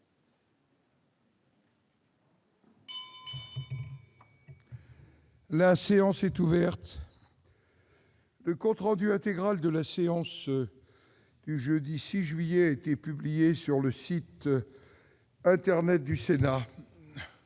La séance est ouverte. Le compte rendu intégral de la séance du jeudi 6 juillet 2017 a été publié sur le site internet du Sénat.